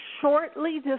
shortly